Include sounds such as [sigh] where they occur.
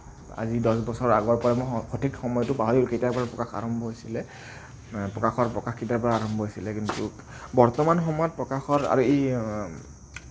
আজি দচ বছৰ আগৰ পৰাই মই সঠিক সময়টো পাহৰি [unintelligible] কেতিয়াৰ পৰা প্ৰকাশ আৰম্ভ হৈছিলে প্ৰকাশৰ প্ৰকাশ কেতিয়াৰ পৰা আৰম্ভ হৈছিলে কিন্তু বৰ্তমান সময়ত প্ৰকাশৰ আৰু এই